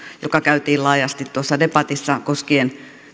joka käytiin laajasti tuossa debatissa koskien